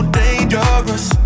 dangerous